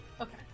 okay